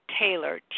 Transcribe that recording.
taylor